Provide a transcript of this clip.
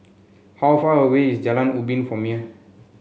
how far away is Jalan Ubin from here